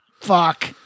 Fuck